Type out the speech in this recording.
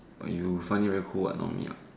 but you find it very cool what normally ya